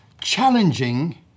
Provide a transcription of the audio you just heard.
challenging